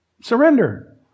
surrender